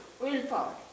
Willpower